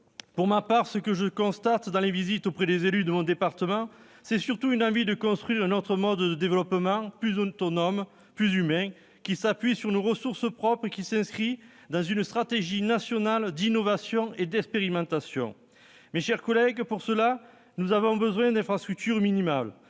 trop grandes intercommunalités. En visitant les élus de mon département, je suis frappé par leur envie de construire un autre mode de développement, plus autonome, plus humain qui s'appuie sur nos ressources propres et qui s'inscrit dans une stratégie nationale d'innovation et d'expérimentation. Mes chers collègues, pour cela, nous avons besoin que des infrastructures minimales